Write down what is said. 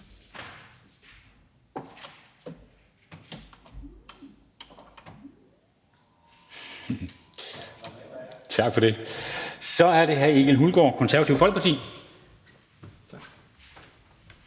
bemærkninger. Så er det hr. Egil Hulgaard, Det Konservative Folkeparti.